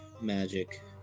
magic